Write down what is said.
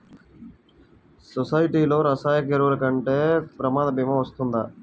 సొసైటీలో రసాయన ఎరువులు కొంటే ప్రమాద భీమా వస్తుందా?